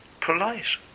polite